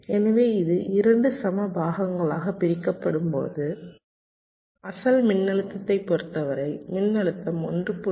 எனவே இது 2 சம பாகங்களாக பிரிக்கப்படும்போது அசல் மின்னழுத்தத்தைப் பொறுத்தவரை மின்னழுத்தம் 1